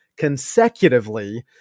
consecutively